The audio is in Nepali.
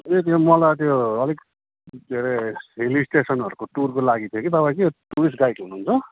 ए त्यो मलाई त्यो अलिक के अरे भेल्ली स्टेसनहरूको टुरको लागि थियो कि तपाईँ के हो टुरिस्ट गाइड हुनुहुन्छ